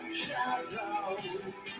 shadows